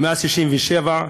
מאז 67',